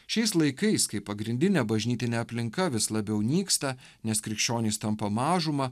šiais laikais kai pagrindinė bažnytinė aplinka vis labiau nyksta nes krikščionys tampa mažuma